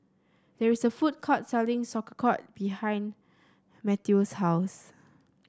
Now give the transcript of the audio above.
there is a food court selling Sauerkraut behind Matteo's house